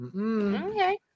Okay